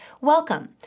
welcome